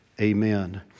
Amen